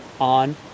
on